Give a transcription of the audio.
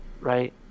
Right